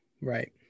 right